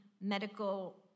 medical